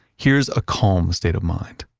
here's a calm state of mind